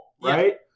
right